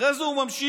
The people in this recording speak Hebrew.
אחרי זה הוא ממשיך: